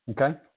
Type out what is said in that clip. Okay